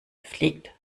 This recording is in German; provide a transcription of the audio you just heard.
fliegt